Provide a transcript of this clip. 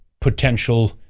potential